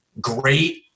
great